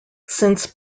since